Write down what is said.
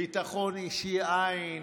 ביטחון אישי אין,